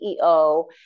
CEO